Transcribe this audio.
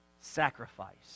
sacrifice